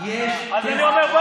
אז אני אומר,